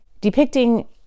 depicting